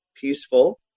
peaceful